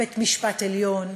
בית-משפט עליון,